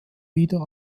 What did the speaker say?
wieder